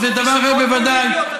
זה דבר אחר, בוודאי.